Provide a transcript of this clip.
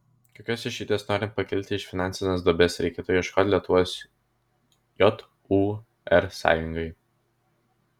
kokios išeities norint pakilti iš finansinės duobės reikėtų ieškoti lietuvos jūr sąjungai